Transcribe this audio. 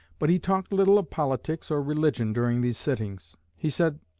but he talked little of politics or religion during these sittings. he said,